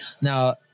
Now